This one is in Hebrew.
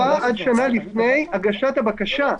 עד שנה לפני הגשת הבקשה.